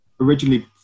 originally